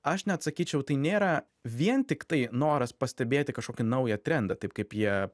aš net sakyčiau tai nėra vien tiktai noras pastebėti kažkokį naują trendą taip kaip jie